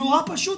נורא פשוט,